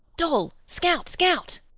dol, scout, scout!